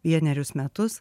vienerius metus